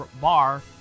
bar